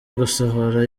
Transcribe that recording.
gusohora